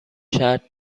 شرط